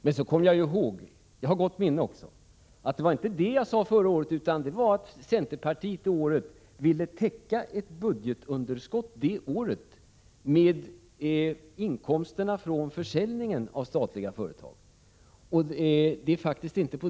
Sedan kom jag ihåg — jag har gott minne också — att jag inte sade så förra året. Centerpartiet ville det året täcka ett budgetunderskott med inkomsterna från försäljningen av statliga företag.